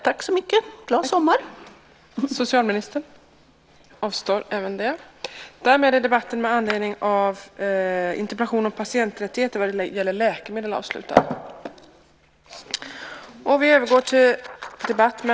Tack så mycket och glad sommar!